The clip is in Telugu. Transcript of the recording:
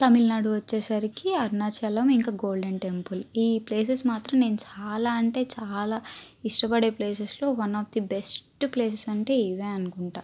తమిళనాడు వచ్చేసరికి అరుణాచలం ఇంకా గోల్డెన్ టెంపుల్ ఈ ప్లేసెస్ మాత్రం నేను చాలా అంటే చాలా ఇష్టపడే ప్లేసెస్లో one of the best places అంటే ఇవే అనుకుంటా